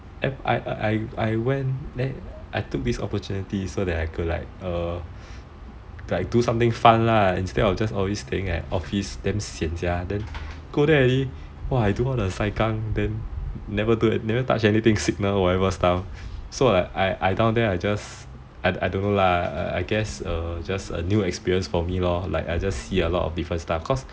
I took this opportunity so that I could err like do something fun lah instead of always staying at office damn sian sia then go there already do all the sai kang then never touch anything signal so I down there just a new experience for me lor I just see a lot of different stuff